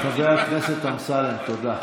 חבר הכנסת אמסלם, תודה.